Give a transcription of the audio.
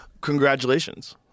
congratulations